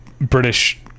British